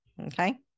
okay